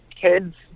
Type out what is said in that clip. kids